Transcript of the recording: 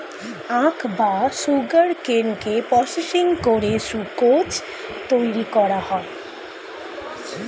আখ বা সুগারকেনকে প্রসেসিং করে সুক্রোজ তৈরি করা হয়